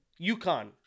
UConn